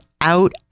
out